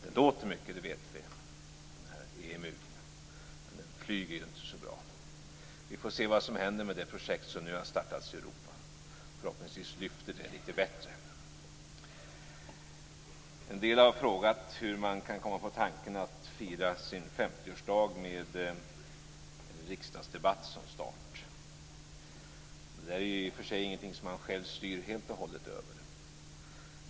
Emun låter mycket, det vet vi, men den flyger ju inte så bra. Vi får se vad som händer med det projekt som nu har startats i Europa. Förhoppningsvis lyfter det lite bättre. En del har frågat hur man kan komma på tanken att fira sin 50-årsdag med en riksdagsdebatt som start. Det är i och för sig ingenting som man själv styr helt och hållet över.